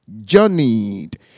journeyed